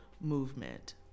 movement